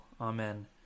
Amen